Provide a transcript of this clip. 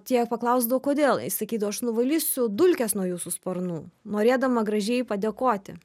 tie paklausdavo kodėl jis sakydavo aš nuvalysiu dulkes nuo jūsų sparnų norėdama gražiai padėkoti